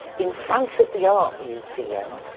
in front of the art museum,